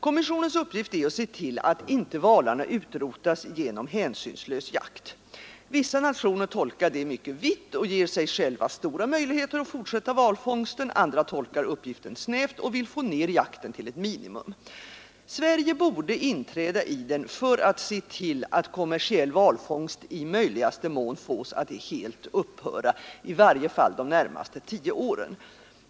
Kommissionens uppgift är att se till att inte valarna utrotas genom hänsynslös jakt. Vissa nationer tolkar detta mycket vitt och ger sig själva stora möjligheter att fortsätta valfångsten, andra tolkar uppgiften snävt och vill få ner jakten till ett minimum. Sverige borde inträda i kommissionen för att se till att kommersiell valfångst i möjligaste mån fås att helt upphöra, i varje fall de närmaste tio åren.